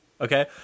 Okay